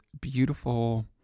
beautiful